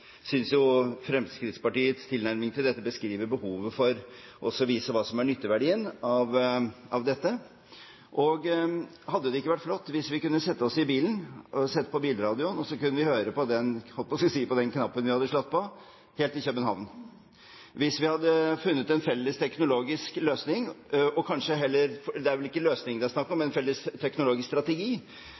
Fremskrittspartiets tilnærming beskriver behovet for å vise nytteverdien av dette. Hadde det ikke vært flott hvis vi kunne sette oss i bilen, sette på bilradioen, og så kunne vi høre på, holdt jeg på å si, den knappen vi hadde slått på helt til København? Hvis vi hadde funnet en felles teknologisk løsning – det er vel ikke løsning det er snakk om, men felles teknologisk strategi